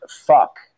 fuck